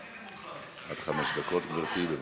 עד חמש דקות, גברתי.